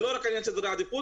זה לא רק עניין של סדרי עדיפות,